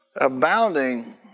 Abounding